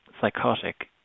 psychotic